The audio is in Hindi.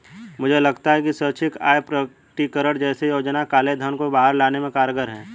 मुझे लगता है कि स्वैच्छिक आय प्रकटीकरण जैसी योजनाएं काले धन को बाहर लाने में कारगर हैं